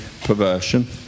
perversion